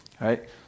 Right